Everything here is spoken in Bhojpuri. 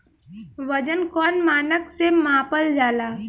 वजन कौन मानक से मापल जाला?